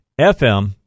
FM